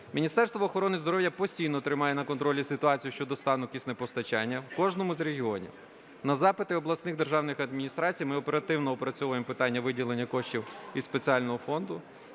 Міністерство охорони здоров'я постійно тримає на контролі ситуацію щодо стану киснепостачання в кожному з регіонів. На запити обласних державних адміністрацій ми оперативно опрацьовуємо питання виділення коштів із спеціального фонду.